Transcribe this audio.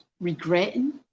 regretting